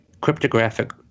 cryptographic